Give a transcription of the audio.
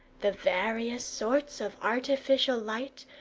the various sorts of artificial light,